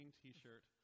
t-shirt